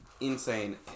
insane